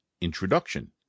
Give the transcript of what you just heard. Introduction